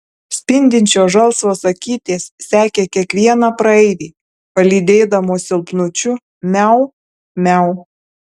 spindinčios žalsvos akytės sekė kiekvieną praeivį palydėdamos silpnučiu miau miau